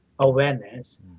Awareness